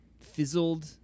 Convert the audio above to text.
fizzled